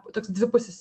toks dvipusis